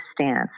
stance